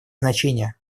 значение